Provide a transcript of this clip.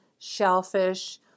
shellfish